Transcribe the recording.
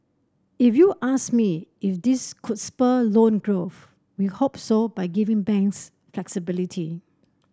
if you ask me if this could spur loan growth we hope so by giving banks flexibility